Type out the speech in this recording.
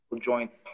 joints